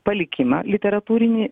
palikimą literatūrinį